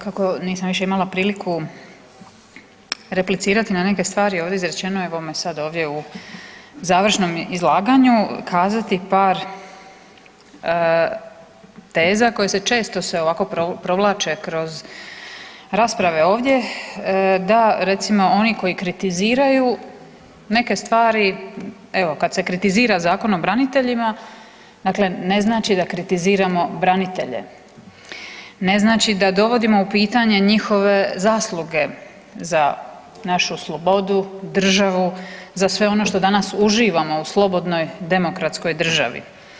Kako nisam imala više priliku replicirati na neke stvari ovdje izrečeno, evo me sad ovdje u završnom izlaganju kazati par teza koje se često se ovako provlače kroz rasprave ovdje da recimo oni koji kritiziraju neke stvari, evo kad se kritizira Zakon o braniteljima ne znači da kritiziramo branitelje, ne znači da dovodimo u pitanje njihove zasluge za našu slobodu, državu, za sve ono što danas uživamo u slobodnoj demokratskoj državi.